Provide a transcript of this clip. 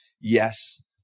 yes